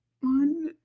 One